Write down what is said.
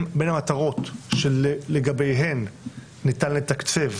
המטרות שלגביהן ניתן לתקצב